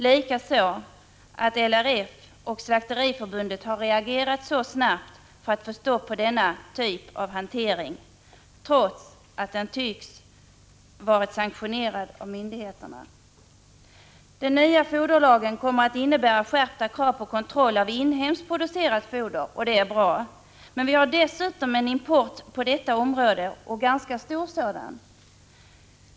Likaså är det positivt att LRF och Slakteriförbundet har reagerat så snabbt för att få stopp på denna typ av hantering, trots att den tycks ha varit sanktionerad av myndigheterna. Den nya foderlagen kommer att innebära skärpta krav på kontroll av inhemskt producerat foder, och det är bra. Men vi har dessutom en import på detta område, och en ganska stor sådan.